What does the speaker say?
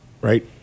Right